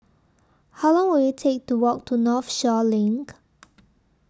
How Long Will IT Take to Walk to Northshore LINK